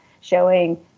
showing